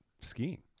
skiing